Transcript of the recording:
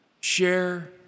Share